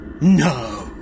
No